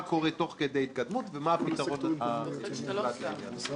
קורה תוך כדי התקדמות ומה הפתרון המומלץ לעניין הזה.